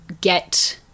get